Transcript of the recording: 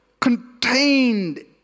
contained